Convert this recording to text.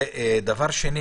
דבר שני